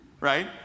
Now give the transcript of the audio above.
right